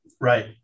right